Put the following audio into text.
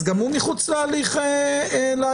אז גם הוא מחוץ להליך הפלילי?